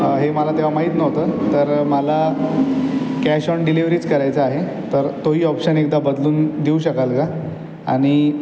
हे मला तेव्हा माहीत नव्हतं तर मला कॅश ऑन डिलेवरीच करायचं आहे तर तोही ऑप्शन एकदा बदलून दिऊ शकाल का आणि